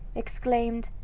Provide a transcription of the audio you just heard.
exclaimed,